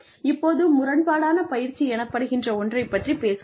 இப்போது முரண்பாடான பயிற்சி எனப்படுகின்ற ஒன்றைப் பற்றிப் பேசுவோம்